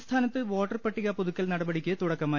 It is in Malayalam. സംസ്ഥാനത്ത് വോട്ടർപട്ടിക പുതുക്കൽ നടപടിക്ക് തുടക്കമായി